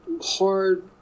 hard